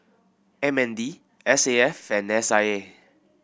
M N D S A F and S I A